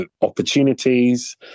opportunities